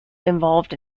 involved